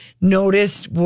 noticed